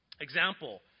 Example